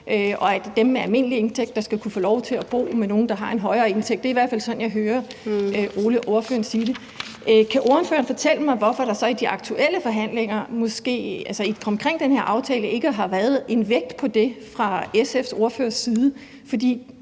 og at dem med almindelige indtægter skal kunne få lov til at bo med nogle, der har en højere indtægt. Det er i hvert fald sådan, jeg hører ordføreren sige det. Kan ordføreren fortælle mig, hvorfor der så i de aktuelle forhandlinger omkring den her aftale ikke har været lagt vægt på det fra SF's ordførers side? For